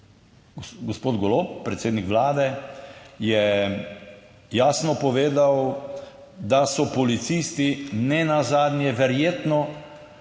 Gospod Golob, predsednik Vlade je jasno povedal, da so policisti nenazadnje verjetno